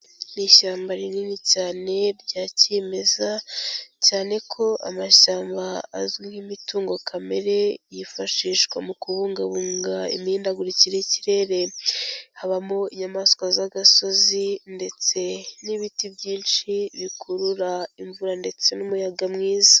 Ni ishyamba rinini cyane rya cyimeza, cyane ko amashyamba azwi nk'imitungo kamere, yifashishwa mu kubungabunga imihindagurikire y'ikirere. Habamo inyamaswa z'agasozi ndetse n'ibiti byinshi bikurura imvura ndetse n'umuyaga mwiza.